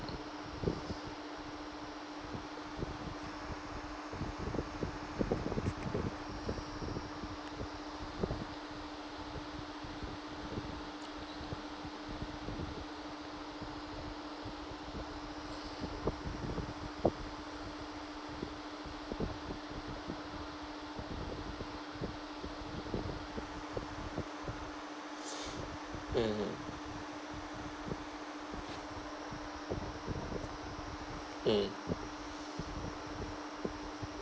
mmhmm mm